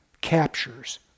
captures